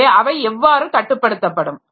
எனவே அவை எவ்வாறு கட்டுப்படுத்தப்படும்